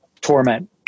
torment